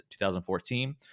2014